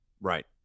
Right